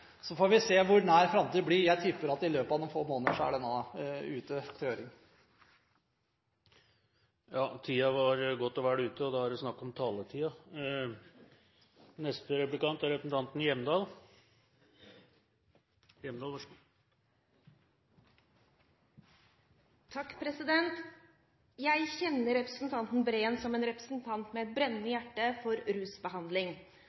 Så får vi se i hvor nær framtid det blir. Jeg tipper at saken i løpet av noen få måneder er ute til høring. Tiden var godt og vel ute – da er der snakk om taletiden. Jeg kjenner representanten Breen som en representant med